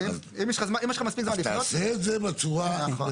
אם יש לך מספיק זמן לפנות --- אז תעשה את זה בצורה הזאת,